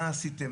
מה עשיתם.